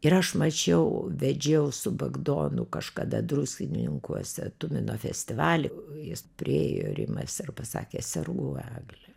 ir aš mačiau vedžiau su bagdonu kažkada druskininkuose tumino festivalį jis priėjo rimas ir pasakė sergu egle